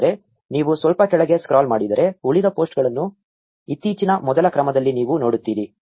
ಆದರೆ ನೀವು ಸ್ವಲ್ಪ ಕೆಳಗೆ ಸ್ಕ್ರಾಲ್ ಮಾಡಿದರೆ ಉಳಿದ ಪೋಸ್ಟ್ಗಳನ್ನು ಇತ್ತೀಚಿನ ಮೊದಲ ಕ್ರಮದಲ್ಲಿ ನೀವು ನೋಡುತ್ತೀರಿ